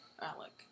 Alec